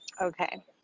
okay